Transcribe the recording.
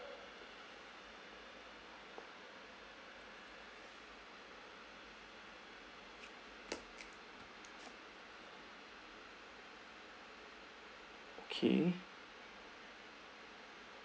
okay